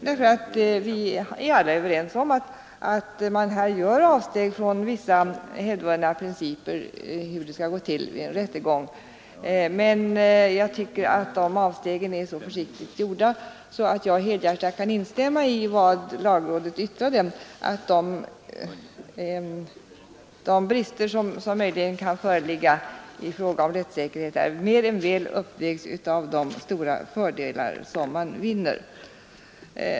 Vi är ju alla överens om att man här gör avsteg från vissa hävdvunna principer för hur det skall gå till vid en rättegång, men jag tycker att de avstegen är så försiktigt gjorda att jag helhjärtat kan instämma i vad lagrådet yttrat, att de brister som möjligen kan föreligga i fråga om rättssäkerhet mer än väl uppvägs av de stora fördelar som man vinner.